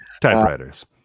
Typewriters